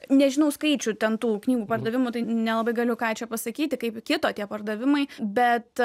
nežinau skaičių ten tų knygų pardavimų tai nelabai galiu ką čia pasakyti kaip kito tie pardavimai bet